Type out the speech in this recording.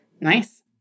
Nice